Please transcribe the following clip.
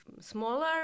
smaller